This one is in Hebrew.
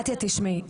קטיה תשמעי,